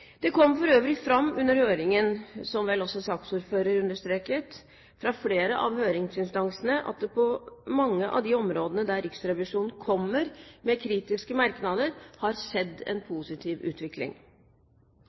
Det kom for øvrig fram under høringen, som vel også saksordføreren understreket, fra flere av høringsinstansene at det på mange av de områdene der Riksrevisjonen kommer med kritiske merknader, har skjedd en